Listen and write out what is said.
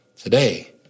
Today